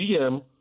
GM